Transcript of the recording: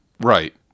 Right